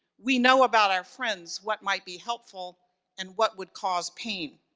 we know about our friends what might be helpful and what would cause pain.